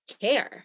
care